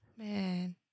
Man